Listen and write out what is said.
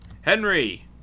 Henry